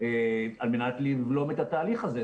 על מנת לבלום את התהליך הזה.